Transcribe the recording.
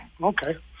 Okay